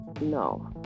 No